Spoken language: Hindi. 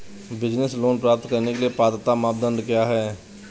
बिज़नेस लोंन प्राप्त करने के लिए पात्रता मानदंड क्या हैं?